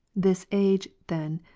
this age then.